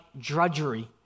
drudgery